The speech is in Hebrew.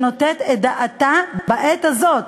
שנותנת את דעתה, בעת הזאת.